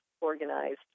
organized